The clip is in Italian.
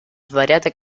svariate